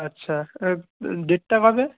আচ্ছা ডেটটা কবে